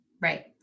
Right